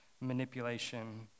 manipulation